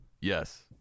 Yes